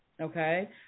okay